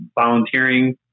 volunteering